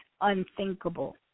unthinkable